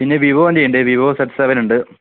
പിന്നെ വിവോൻ്റെ ണ്ട് വിവോ സെറ്റ് സെവനുണ്ട്